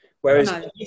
Whereas